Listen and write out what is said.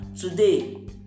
today